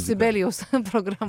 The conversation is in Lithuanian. sibelijaus programa